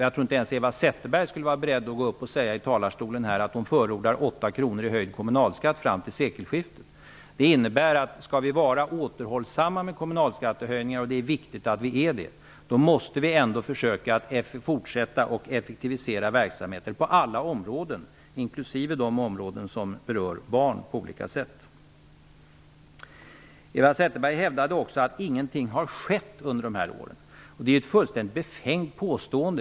Jag tror inte att ens Eva Zetterberg skulle vara beredd att gå upp i talarstolen och säga att hon förordar 8 kr höjd kommunalskatt fram till sekelskiftet. Om vi skall vara återhållsamma med kommunalskattehöjningar -- och det är viktigt att vi är det -- måste vi försöka att fortsätta effektivisera verksamheter på alla områden, inkl. de områden som rör barn på olika sätt. Eva Zetterberg hävdade också att ingenting har skett under de borgerliga regeringsåren. De är ett fullständigt befängt påstående.